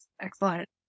Excellent